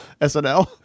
SNL